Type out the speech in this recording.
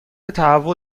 تهوع